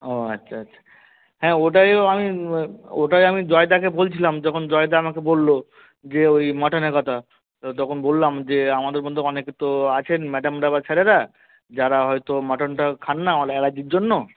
ও আচ্ছা আচ্ছা হ্যাঁ ওটাই আমি ওটাই আমি জয়দাকে বলছিলাম যখন জয়দা আমাকে বলল যে ওই মাটনের কথা তো তখন বললাম যে আমাদের মধ্যে অনেকে তো আছেন ম্যাডামরা বা স্যারেরা যারা হয়তো মাটনটা খান না অ্যালার্জির জন্য